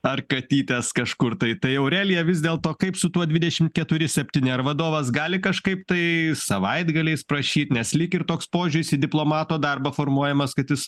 ar katytes kažkur tai tai aurelija vis dėlto kaip su tuo dvidešimt keturi septyni ar vadovas gali kažkaip tai savaitgaliais prašyt nes lyg ir toks požiūris į diplomato darbą formuojamas kad jis